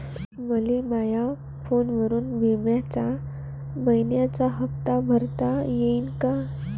मले माया फोनवरून बिम्याचा मइन्याचा हप्ता भरता येते का?